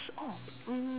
oh mm